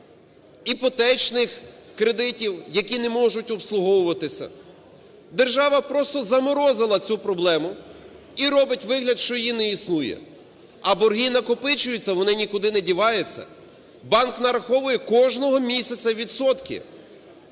іпотечних кредитів, які не можуть обслуговуватися? Держава просто заморозила цю проблему і робить вигляд, що її не існує, а борги накопичуються, вони нікуди не діваються, банк нараховує кожного місяця відсотки.